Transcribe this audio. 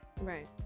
right